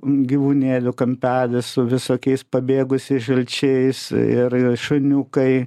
gyvūnėlių kampelis su visokiais pabėgusiais žalčiais ir šuniukai